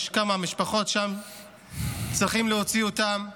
יש שם כמה משפחות, וצריך להוציא אותן משם.